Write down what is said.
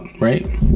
right